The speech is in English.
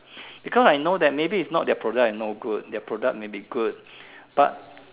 because I know that maybe is not their product is no good their product may be good but